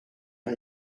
are